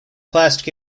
plastic